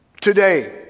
Today